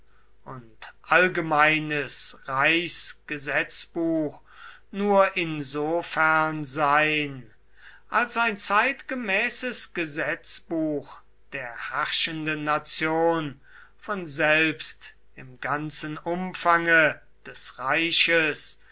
und allgemeines reichsgesetzbuch nur insofern sein als ein zeitgemäßes gesetzbuch der herrschenden nation von selbst im ganzen umfange des reiches